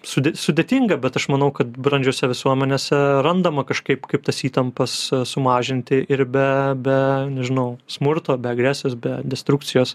sudėt sudėtinga bet aš manau kad brandžiose visuomenėse randama kažkaip kaip tas įtampas sumažinti ir be be nežinau smurto be agresijos be destrukcijos